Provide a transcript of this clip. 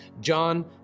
John